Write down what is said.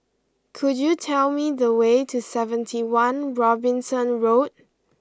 could you tell me the way to seventy one Robinson Road